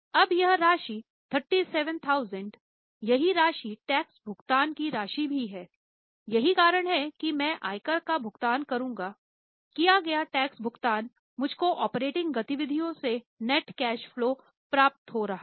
अब यह राशि 37000 यही राशि टैक्स भुगतान की राशि भी है यही कारण है कि मैं आयकर का भुगतान करूँगा किया गया टैक्स भुगतान मुझ को ऑपरेटिंग गतिविधियों से नेट कैश फलो प्राप्त हो रहा हैं